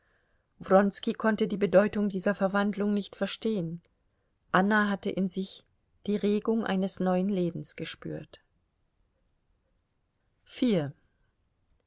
konnte die bedeutung dieser verwandlung nicht verstehen anna hatte in sich die regung eines neuen lebens gespürt